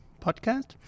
podcast